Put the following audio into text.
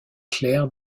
claire